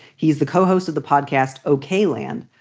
he's the co-host of the podcast. okay, land,